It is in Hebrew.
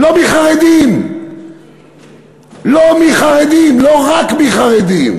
לא מחרדים, לא רק מחרדים,